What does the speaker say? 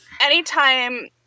anytime